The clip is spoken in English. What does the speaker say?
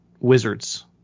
wizards